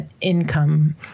income